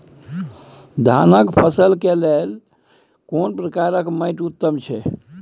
धान की फसल के लिये केना प्रकार के माटी उत्तम छै?